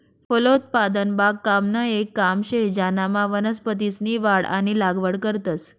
फलोत्पादन बागकामनं येक काम शे ज्यानामा वनस्पतीसनी वाढ आणि लागवड करतंस